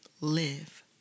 live